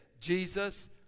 Jesus